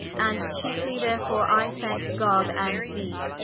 and chiefely therefore, i thanke god, and thee,